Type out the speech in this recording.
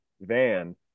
van